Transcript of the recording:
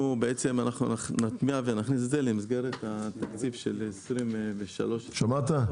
אנחנו בעצם נטמיע ונכניס את זה למסגרת התקציב של 2023. שמעת?